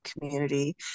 community